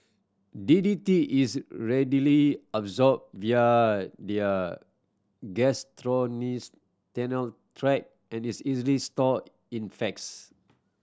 D D T is readily absorbed via via gastrointestinal tract and is easily stored in facts